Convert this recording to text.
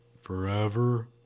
Forever